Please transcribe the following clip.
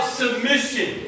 submission